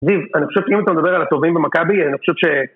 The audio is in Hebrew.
דייב, אני חושב שאם אתה מדבר על התורים במכבי, אני חושב ש...